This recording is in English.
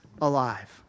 alive